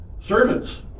servants